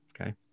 Okay